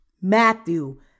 Matthew